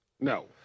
No